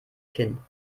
kinn